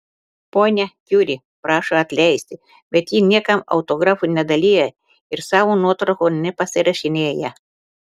ponia kiuri prašo atleisti bet ji niekam autografų nedalija ir savo nuotraukų nepasirašinėja